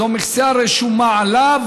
זו מכסה רשומה עליו